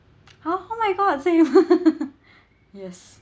!huh! oh my god same yes